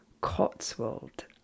Cotswold